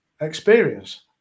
experience